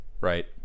right